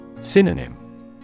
Synonym